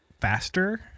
faster